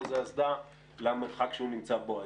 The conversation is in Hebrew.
פה זה אסדה למרחק שהוא נמצא בו היום.